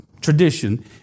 tradition